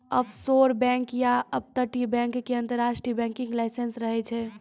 offshore bank या अपतटीय bank के अंतरराष्ट्रीय बैंकिंग लाइसेंस रहै छै